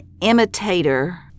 imitator